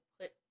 put